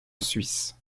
suisse